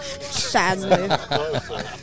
Sadly